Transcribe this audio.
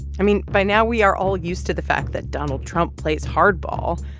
i mean, by now, we are all used to the fact that donald trump plays hardball.